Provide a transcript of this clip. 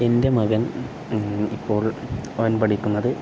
എൻ്റെ മകൻ ഇപ്പോൾ അവൻ പഠിക്കുന്നത്